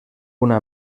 una